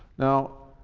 now